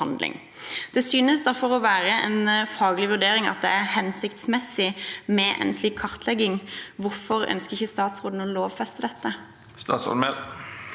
Det synes derfor å være en faglig vurdering at det er hensiktsmessig med en slik kartlegging. Hvorfor ønsker ikke statsråden å lovfeste dette? Statsråd